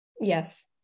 Yes